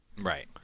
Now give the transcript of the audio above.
Right